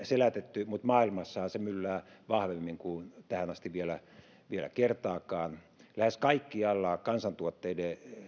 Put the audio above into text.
selätetty mutta maailmassahan se myllää vahvemmin kuin tähän asti vielä vielä kertaakaan lähes kaikkialla kansantuotteen